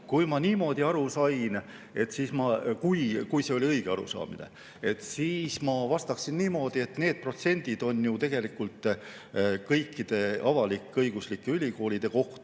sain niimoodi aru ja kui see on õige arusaamine, siis ma vastaksin niimoodi, et need protsendid on ju tegelikult kõikide avalik-õiguslike ülikoolide kohta